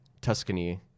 Tuscany